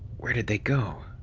where did they go?